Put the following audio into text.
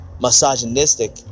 misogynistic